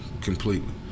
completely